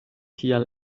tial